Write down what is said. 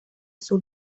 sur